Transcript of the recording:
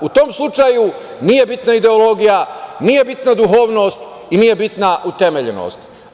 U tom slučaju nije bitna ideologija, nije bitna duhovnost i nije bitna utemeljenost.